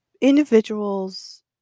individuals